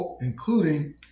including